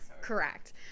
Correct